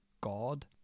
god